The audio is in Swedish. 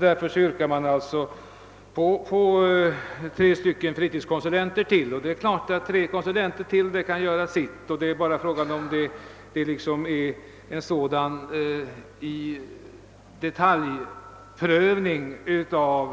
Därför yrkar man på anslag till ytterligare tre fritidskonsulenter. Det är klart att ytterligare tre konsulenter kan göra sitt. Det är bara frågan om en sådan detaljprövning av